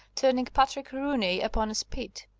turning patrick rooney upon a spit.